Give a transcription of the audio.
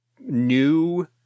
new